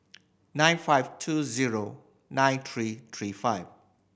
nine five two zero nine three three five